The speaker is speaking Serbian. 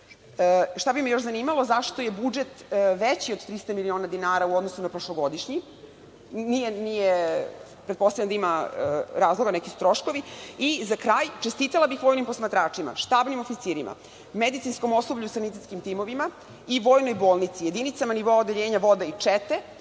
bi me još zanimalo? Zašto je budžet veći od 300 miliona dinara u odnosu na prošlogodišnji? Pretpostavljam da ima razloga, neki troškovi. I, za kraj čestitala bih vojnim posmatračima, štabnim oficirima, medicinskom osoblju, sanitetskim timovima i vojnoj bolnici, jedinicama nivoa odeljenja voda i čete